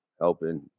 helping